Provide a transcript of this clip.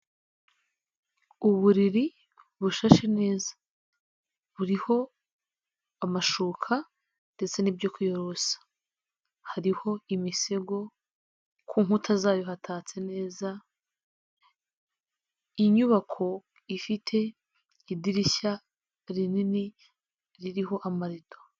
Uburiri bushashe neza buriho amashuka ndetse n'ibyo kwiyorosa, hariho imisego, ku nkuta zayo hatatse neza, inyubako ifite idirishya rinini ririho amarido.